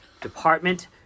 department